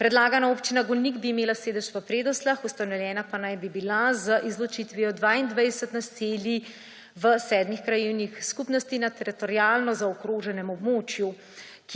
Predlagana Občina Golnik bi imela sedež v Predosljah, ustanovljena pa naj bi bila z izločitvijo 22 naselij v sedmih krajevnih skupnostih na teritorialno zaokroženem območju,